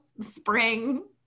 spring